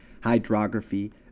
hydrography